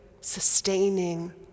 sustaining